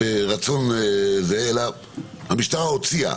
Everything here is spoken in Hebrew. אלא המשטרה הוציאה,